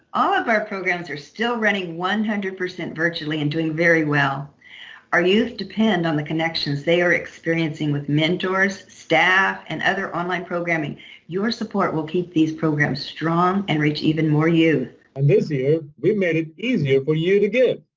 all of our programs are still running one hundred percent virtually and doing very well our youth depend on the connections they are experiencing with mentors, staff, and other online programming your support will keep these programs strong and reach even more youth and this year, we've made it easier for you to give!